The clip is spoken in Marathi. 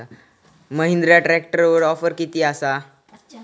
महिंद्रा ट्रॅकटरवर ऑफर किती आसा?